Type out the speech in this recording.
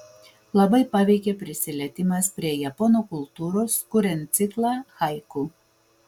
labai paveikė prisilietimas prie japonų kultūros kuriant ciklą haiku